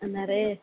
நிறைய